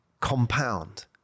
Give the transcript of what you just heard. compound